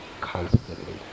constantly